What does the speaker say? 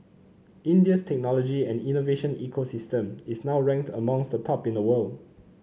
India's technology and innovation ecosystem is now ranked amongst the top in the world